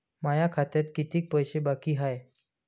माया खात्यात कितीक पैसे बाकी हाय?